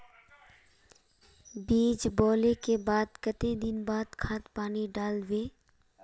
बीज बोले के बाद केते दिन बाद खाद पानी दाल वे?